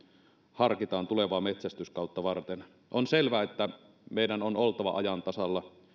harkitaan tulevaa metsästyskautta varten on selvä että meidän on oltava ajan tasalla